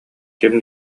ким